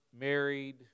married